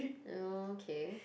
mm K